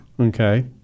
Okay